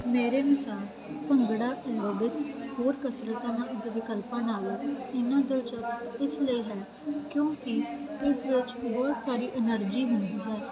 ਮੇਰੇ ਅਨੁਸਾਰ ਭੰਗੜਾ ਵਿੱਚ ਹੋਰ ਕਸਰਤਾਂ ਵਿਕਲਪਾਂ ਨਾਲ ਇੰਨਾ ਦਿਲਚਸਪ ਇਸ ਲਈ ਹੈ ਕਿਉਕਿ ਇਸ ਵਿੱਚ ਬਹੁਤ ਸਾਰੀ ਐਨਰਜੀ ਹੁੰਦੀ ਹੈ